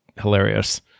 hilarious